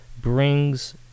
brings